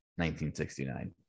1969